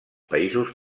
països